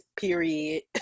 period